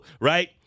right